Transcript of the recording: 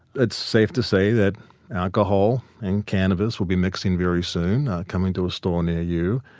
it's safe to say that alcohol and cannabis will be mixing very soon, coming to a store near you.